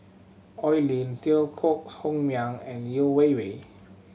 Oi Lin Teo Koh Home Miang and Yeo Wei Wei